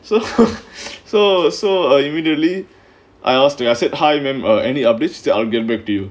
so so so uh immediately I asked the I said hi madam or any updates started going back to you